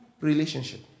relationship